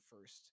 first